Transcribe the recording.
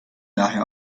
daher